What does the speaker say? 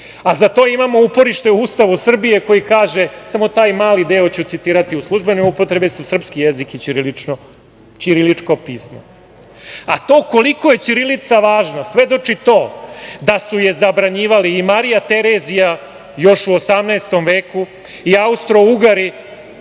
a za to imamo uporište u Ustavu Srbije, koji kaže, samo taj mali deo ću citirati: "U službenoj upotrebi su srpski jezik i ćiriličko pismo". A to koliko je ćirilica važna svedoči to da su je zabranjivali i Marija Terezija još u 18. veku i Austrougari